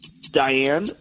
diane